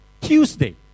Tuesday